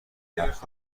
حرف